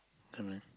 correct